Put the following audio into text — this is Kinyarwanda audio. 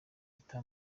leta